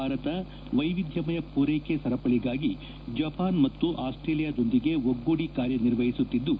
ಭಾರತ ವೈವಿಧ್ಯಮಯ ಪೂರ್ನೆಕೆ ಸರಪಳಿಗಾಗಿ ಜಪಾನ್ ಹಾಗೂ ಆಸ್ಸೇಲಿಯಾ ದೊಂದಿಗೆ ಒಗ್ಗೂಡಿ ಕಾರ್ಯನಿರ್ವಹಿಸುತ್ತಿದ್ಲು